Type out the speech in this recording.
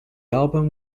album